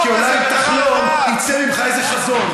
כי אולי אם תחלום יצא ממך איזה חזון.